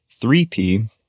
3P